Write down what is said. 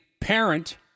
parent